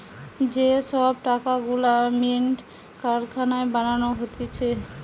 যে সব টাকা গুলা মিন্ট কারখানায় বানানো হতিছে